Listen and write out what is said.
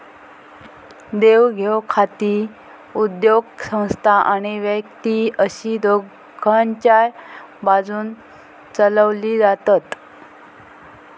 देवघेव खाती उद्योगसंस्था आणि व्यक्ती अशी दोघांच्याय बाजून चलवली जातत